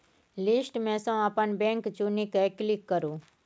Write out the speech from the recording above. list मे सँ अपन बैंक चुनि कए क्लिक करु